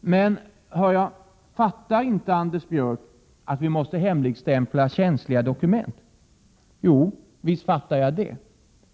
Men -— hör jag — fattar inte Anders Björck att vi måste hemligstämpla känsliga dokument? Jo, visst fattar jag det.